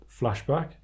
Flashback